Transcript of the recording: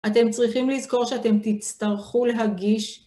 אתם צריכים לזכור שאתם תצטרכו להגיש.